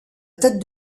teste